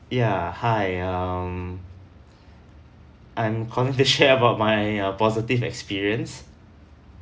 ya hi um I'm calling to share about my uh positive experience